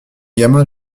gamin